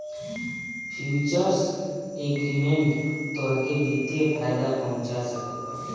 futures agreement तोहके वित्तीय फायदा पहुंचा सकत बाटे